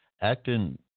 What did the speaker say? acting